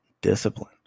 discipline